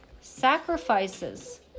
sacrifices